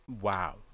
Wow